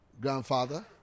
grandfather